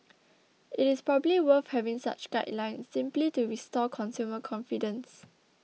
it is probably worth having such guidelines simply to restore consumer confidence